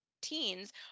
teens